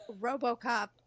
RoboCop